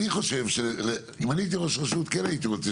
אני חושב שאם אני הייתי ראש רשות כן הייתי רוצה